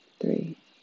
three